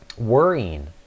worrying